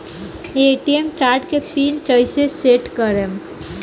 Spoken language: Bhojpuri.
ए.टी.एम कार्ड के पिन कैसे सेट करम?